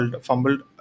fumbled